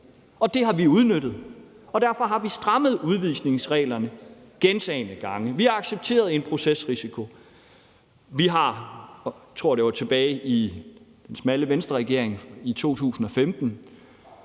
og det har vi udnyttet, og derfor har vi strammet udvisningsreglerne gentagne gange. Vi har accepteret en procesrisiko, og vi har – jeg tror, at det var tilbage i den smalle Venstreregering – i 2015